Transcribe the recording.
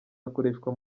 akoreshwa